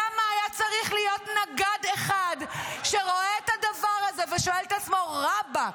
למה היה צריך להיות נגד אחד שרואה את הדבר הזה ושואל את עצמו: רבאק,